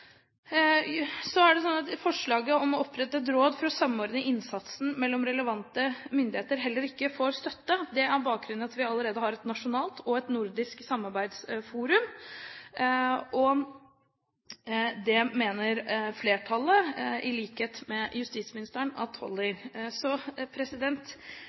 Så er det slik at forslaget om å opprette et råd for å samordne innsatsen mellom relevante myndigheter heller ikke får støtte. Det har sin bakgrunn i at vi allerede har et nasjonalt og et nordisk samarbeidsforum, og det mener flertallet, i likhet med justisministeren,